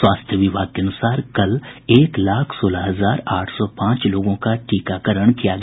स्वास्थ्य विभाग के अनुसार कल एक लाख सोलह हजार आठ सौ पांच लोगों का टीकाकरण किया गया